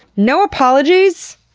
no apologies!